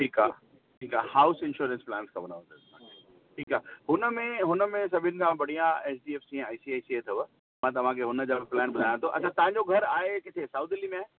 ठीकु आहे ठीकु आहे हाउस इंश्योरेंस प्लान खपंदव तव्हांखे ठीकु आहे हुनमें हुनमें सभिनि खां बढ़िया एच डी एफ़ सी ऐं I C I C I मां तव्हांखे हुनजा प्लान बि ॿुधायां थो अच्छा तव्हांजो घर आहे किथे साउथ दिल्ली में आहे